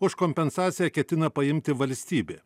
už kompensaciją ketina paimti valstybė